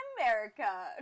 America